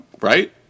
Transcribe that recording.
right